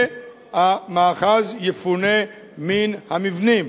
והמאחז יפונה מן המבנים.